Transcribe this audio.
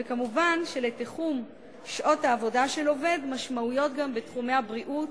וכמובן שלתיחום שעות העבודה של עובד משמעויות גם בתחומי הבריאות,